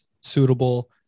suitable